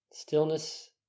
Stillness